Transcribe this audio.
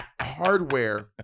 hardware